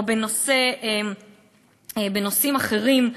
או בנושאים אחרים,